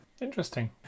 Interesting